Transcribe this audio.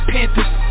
Panthers